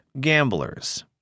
gamblers